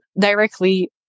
directly